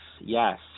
Yes